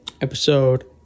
episode